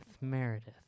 Meredith